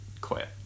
quit